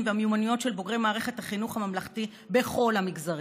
והמיומנויות של בוגרי מערכת החינוך הממלכתי בכל המגזרים,